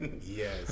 Yes